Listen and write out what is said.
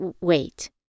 Wait